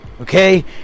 okay